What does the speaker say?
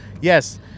Yes